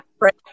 Right